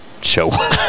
show